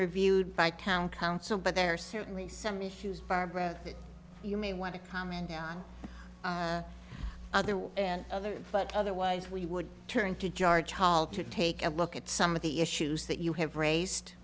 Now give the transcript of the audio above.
reviewed by town council but there are certainly some issues barbara that you may want to comment on the other but otherwise we would turn to george hall to take a look at some of the issues that you have raised